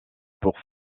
pour